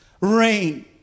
rain